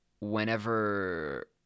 whenever